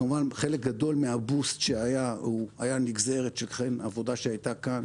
כמובן חלק גדול מהבוסט שהיה היה נגזרת של עבודה שבין היתר הייתה כאן,